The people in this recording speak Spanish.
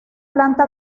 planta